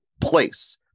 place